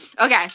Okay